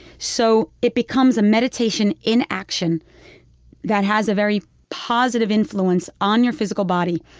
so it becomes a meditation in action that has a very positive influence on your physical body,